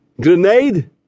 Grenade